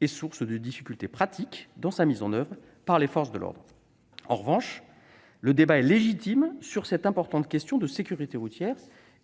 et source de difficultés pratiques dans sa mise en oeuvre par les forces de l'ordre. En revanche, le débat est légitime sur cette importante question de sécurité routière